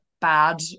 bad